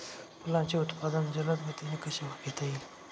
फुलांचे उत्पादन जलद गतीने कसे घेता येईल?